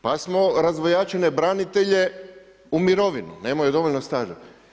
Pa smo razdvojačine branitelje u mirovinu, nemaju dovoljno staža.